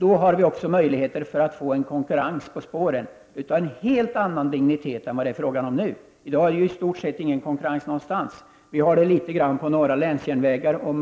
har vi också möjligheter att få en konkurrens på spåren av en helt annan dignitet än det är fråga om nu. I dag finns det i stort sett inte konkurrens någonstans, förutom på några länsjärnvägar.